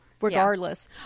Regardless